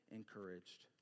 encouraged